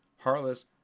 heartless